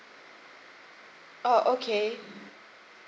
oh okay